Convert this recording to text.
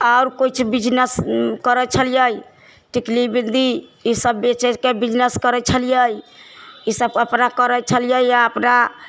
आओर कुछ बिजनेस भी करइ छलिऐ टिकली बिन्दी ई सब बेचेके बिजनेस करै छलिऐ ई सब करै छलिऐ अपना